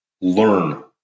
Learn